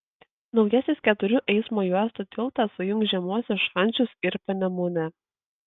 naujasis keturių eismo juostų tiltas sujungs žemuosius šančius ir panemunę